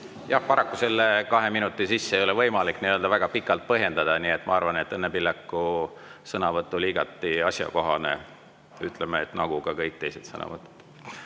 Jah, paraku selle kahe minuti jooksul ei ole võimalik väga pikalt põhjendada. Ma arvan, et Õnne Pillaku sõnavõtt oli igati asjakohane, ütleme, nagu ka kõik teised sõnavõtud.